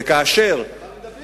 אבל מדברים על פשעי מלחמה.